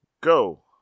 Go